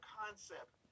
concept